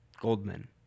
Goldman